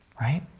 Right